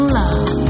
love